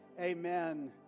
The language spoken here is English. Amen